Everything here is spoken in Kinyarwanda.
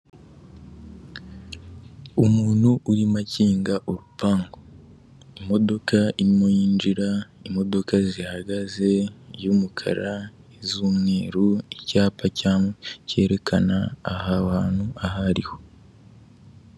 Umuntu urimo akinga urupangu imodoka imwe yinjira, imodoka zihagaze iy'umukara iz'umweru icyapa cyerekana aha hantu aha ariho.